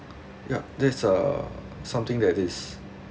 ya that's uh something that is